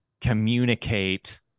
communicate